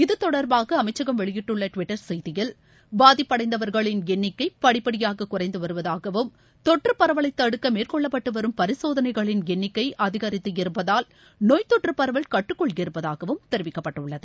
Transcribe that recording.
இத்தொடர்பாக அமைச்சகம் வெளியிட்டுள்ள ட்விட்டர் செய்தியில் பாதிப்படைந்தவர்களின் எண்ணிக்கை படிபடியாக குறைந்து வருவதாகவும் தொற்று பரவலை தடுக்க மேற்கொள்ளப்பட்டு வரும் பரிசோதனைகளின் எண்ணிக்கை அதிகரித்து இருப்பதால் நோய் தொற்று கட்டுக்குள் இருப்பதாகவும் தெரிவிக்கப்பட்டுள்ளது